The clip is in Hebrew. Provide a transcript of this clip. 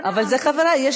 וחבל מאוד,